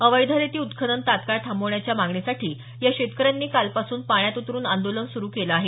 अवैध रेती उत्खनन तत्काळ थांबवण्याच्या मागणीसाठी या शेतकऱ्यांनी कालपासून पाण्यात उतरुन आंदोलन सुरू केलं आहे